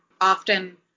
often